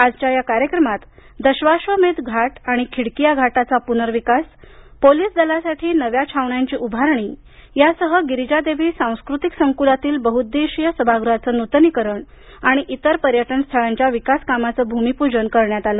आजच्या या कार्यक्रमात दशाश्वमेध घाट आणि खिडकीया घाटाचा पुनर्विकास पोलीस दलासाठी नव्या छावण्यांची उभारणी यासह गिरिजादेवी सांस्कृतिक संकुलातील बहुउद्देशीय सभागृहाचं नूतनीकरण आणि इतर पर्यटन स्थळांच्या विकासकामांचं भूमिपूजन मोदी यांच्या हस्ते करण्यात आलं